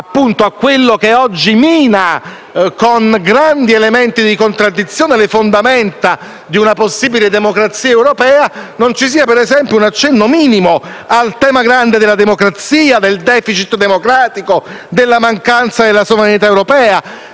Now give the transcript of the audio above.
accenno a quello che oggi mina, con grandi elementi di contraddizione, le fondamenta di una possibile democrazia europea. Stupisce che non vi sia un accenno minimo al tema grande della democrazia, del *deficit* democratico, della mancanza della sovranità europea.